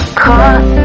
caught